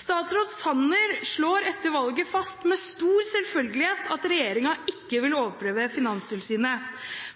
Statsråd Sanner slo etter valget fast med stor selvfølgelighet at regjeringen ikke vil overprøve Finanstilsynet.